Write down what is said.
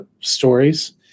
stories